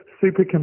super